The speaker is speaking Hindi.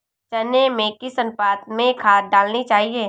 चने में किस अनुपात में खाद डालनी चाहिए?